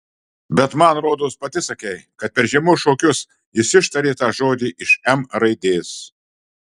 bet man rodos pati sakei kad per žiemos šokius jis ištarė tą žodį iš m raidės